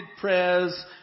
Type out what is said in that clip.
prayers